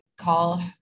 call